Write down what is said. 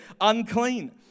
unclean